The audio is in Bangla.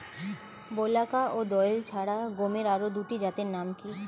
বলাকা ও দোয়েল ছাড়া গমের আরো দুটি জাতের নাম কি?